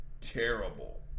terrible